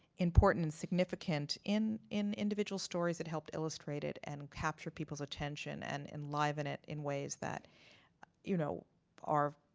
important and significant. in in individual stories, it helped illustrate it and capture people's attention and enliven it in ways that you know are